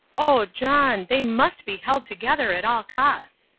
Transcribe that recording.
oh, john, they must be held together at all costs.